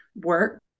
work